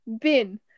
Bin